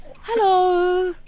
Hello